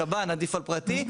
שב"ן עדיף על פרטי,